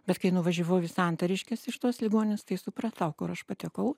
bet kai nuvažiavau į santariškes iš tos ligoninės tai supratau kur aš patekau